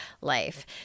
life